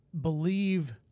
believe